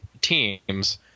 teams